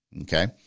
Okay